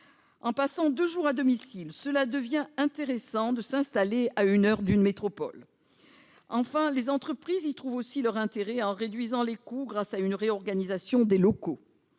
par semaine à domicile, il devient intéressant de s'installer à une heure d'une métropole. Enfin, les entreprises y trouvent aussi leur intérêt, en réduisant les coûts grâce à une réorganisation des locaux.